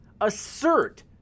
assert